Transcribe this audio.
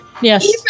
Yes